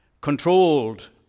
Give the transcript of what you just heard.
controlled